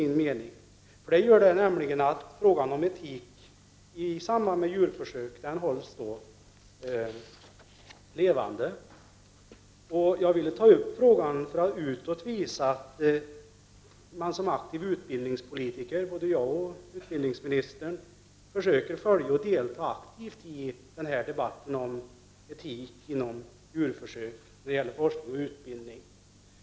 Det gör nämligen att frågan om etik i samband med djurförsök hålls levande. Jag ville ta upp frågan för att utåt visa att vi som aktiva utbildningspolitiker, både jag och utbildningsministern, försöker följa och delta aktivt i debatten om etik vid djurförsök när det gäller forskning och utbildning.